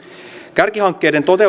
kärkihankkeiden